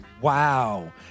Wow